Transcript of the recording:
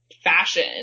fashion